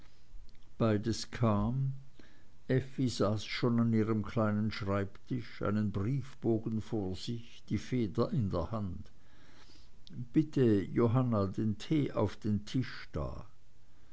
beides kam effi saß schon an ihrem kleinen schreibtisch einen briefbogen vor sich die feder in der hand bitte johanna den tee auf den tisch da